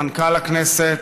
מנכ"ל הכנסת,